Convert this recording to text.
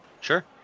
Sure